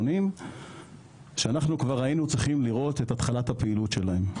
80 שהיינו צריכים לראות את התחלת הפעילות שלהם.